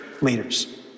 leaders